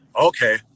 okay